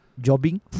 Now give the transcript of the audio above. jobbing